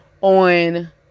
on